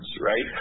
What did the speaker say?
right